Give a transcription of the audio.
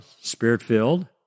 spirit-filled